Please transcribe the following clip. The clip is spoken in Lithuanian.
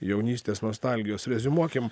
jaunystės nostalgijos reziumuokim